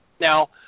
Now